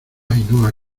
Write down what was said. ainhoa